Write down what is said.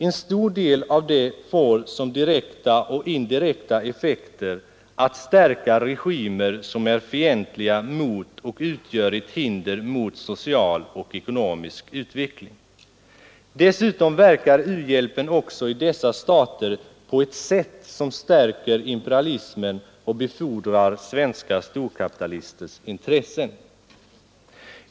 En stor del av det får som direkta och indirekta effekter att stärka regimer som är fientliga mot och utgör ett hinder mot social och ekonomisk utveckling. Dessutom verkar u-hjälpen också i dessa stater på ett sätt som stärker imperialismen och befordrar svenska storkapitalisters intressen.